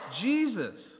Jesus